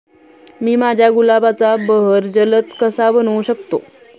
मी माझ्या गुलाबाचा बहर जलद कसा बनवू शकतो?